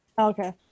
okay